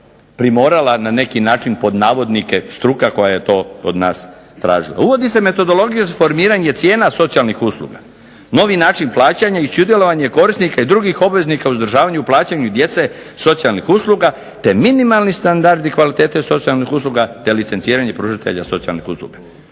primorala na neki način, pod navodnike, struka koja je to od nas tražila. Uvodi se metodologija cijena socijalnih usluga, novi način plaćanja i sudjelovanje korisnika i drugih obveznika u izdržavanju i plaćanju djece socijalnih usluga, te minimalni standardi kvalitete socijalnih usluga, te licenciranje pružatelja socijalnih usluga.